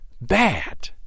bad